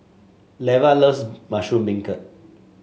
Leva loves Mushroom Beancurd